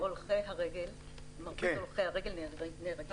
מרבית הולכי הרגל נהרגים במעברי חציה.